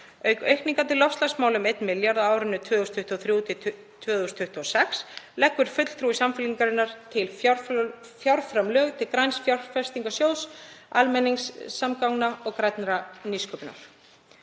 aukningar til loftslagsmála um 1 milljarð á árunum 2023–2026 leggur fulltrúi Samfylkingarinnar til fjárframlög til græns fjárfestingarsjóðs, almenningssamgangna og grænnar nýsköpunar.